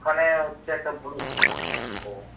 ওখানে হচ্ছে একটা বড়ো ও